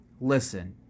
listen